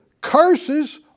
Curses